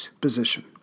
position